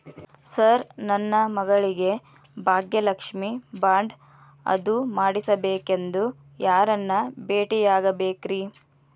Sir ನನ್ನ ಮಗಳಿಗೆ Bhagyalakshmi bond ಅದು ಮಾಡಿಸಬೇಕೆಂದು ಯಾರನ್ನ ಭೇಟಿಯಾಗಬೇಕ್ರಿ?